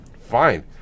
fine